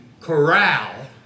corral